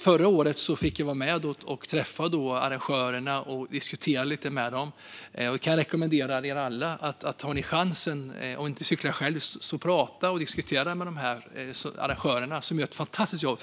Förra året fick jag vara med och träffa arrangörerna och diskutera lite med dem. Jag kan rekommendera er alla, om ni har chansen och inte cyklar själva, att prata och diskutera med arrangörerna, som gör ett fantastiskt jobb!